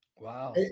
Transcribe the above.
Wow